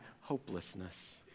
hopelessness